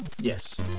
Yes